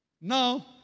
Now